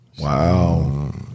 Wow